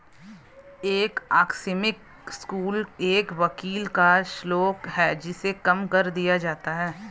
एक आकस्मिक शुल्क एक वकील का शुल्क है जिसे कम कर दिया जाता है